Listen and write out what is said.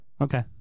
Okay